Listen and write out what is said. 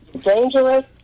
Dangerous